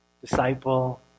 Disciple